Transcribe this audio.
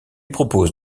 propose